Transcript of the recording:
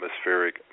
atmospheric